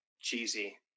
cheesy